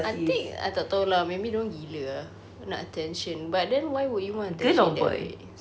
I think I tak tahu lah maybe dia orang gila ah nak attention but then why would you want attention that way